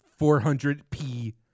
400p